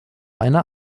einer